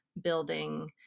building